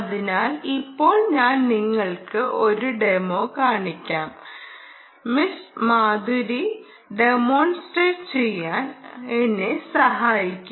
അതിനാൽ ഇപ്പോൾ ഞാൻ നിങ്ങൾക്ക് ഒരു ഡെമോ കാണിക്കാം മിസ്സ് മാധുരി ഡെമോൺസ്ട്രേറ്റ് ചെയ്യാൻ എന്നെ സഹായിക്കും